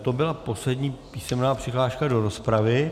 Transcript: To byla poslední písemná přihláška do rozpravy.